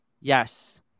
Yes